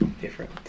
Different